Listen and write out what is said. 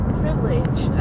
privilege